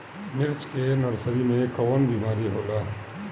मिर्च के नर्सरी मे कवन बीमारी होला?